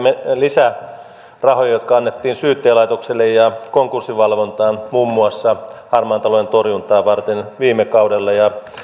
lisärahoja jotka annettiin syyttäjälaitokselle ja konkurssivalvontaan muun muassa harmaan talouden torjuntaa varten viime kaudella